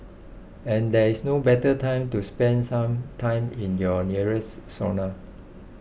and there is no better time to spend some time in your nearest sauna